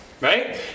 right